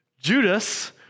Judas